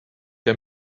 der